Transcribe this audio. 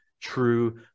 true